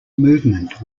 movement